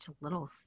little